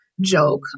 joke